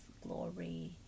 glory